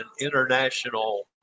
international